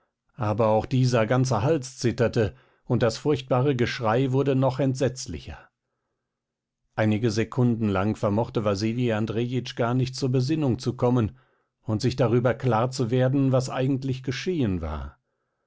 aber auch dieser ganze hals zitterte und das furchtbare geschrei wurde noch entsetzlicher einige sekunden lang vermochte wasili andrejitsch gar nicht zur besinnung zu kommen und sich darüber klar zu werden was eigentlich geschehen war